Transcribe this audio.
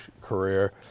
career